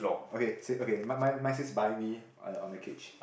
okay so okay mine mine mine says buy me on a on the cage